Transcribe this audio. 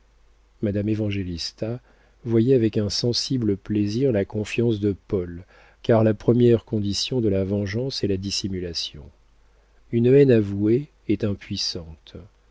dissiperaient madame évangélista voyait avec un sensible plaisir la confiance de paul car la première condition de la vengeance est la dissimulation une haine avouée est